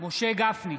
משה גפני,